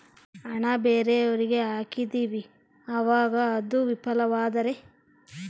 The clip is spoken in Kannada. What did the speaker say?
ಹಣ ಬೇರೆಯವರಿಗೆ ಹಾಕಿದಿವಿ ಅವಾಗ ಅದು ವಿಫಲವಾದರೆ?